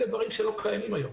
אלה דברים שלא קיימים היום.